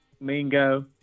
Mingo